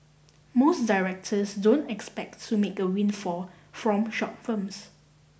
most directors don't expect to make a windfall from short films